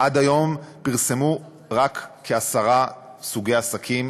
עד היום פרסמו מפרטים רק כעשרה סוגי עסקים.